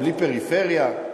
בלי פריפריה.